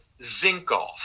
Zinkoff